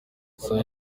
saa